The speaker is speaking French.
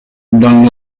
dans